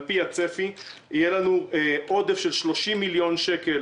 על פי הצפי יהיה לנו עודף של 30 מיליון שקל